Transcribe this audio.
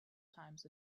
times